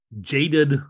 jaded